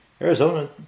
Arizona